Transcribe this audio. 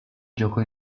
giocò